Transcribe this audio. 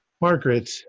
Margaret